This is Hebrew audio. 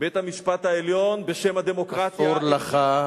בית-המשפט העליון בשם הדמוקרטיה, אסור לך,